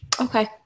okay